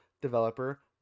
developer